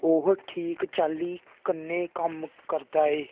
ओह् ठीक चाल्ली कन्नै कम्म करदा ऐ